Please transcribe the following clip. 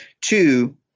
Two